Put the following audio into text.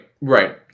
right